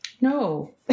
No